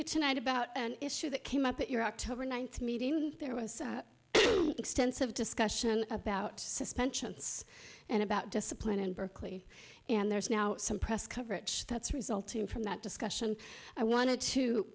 you tonight about an issue that came up at your october ninth meeting there was extensive discussion about suspensions and about discipline in berkeley and there's now some press coverage that's resulting from that discussion i wanted to